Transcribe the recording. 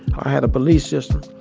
i had a belief system.